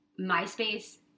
MySpace